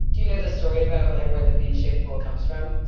do you know the story about, like, where the bean-shaped pool comes from?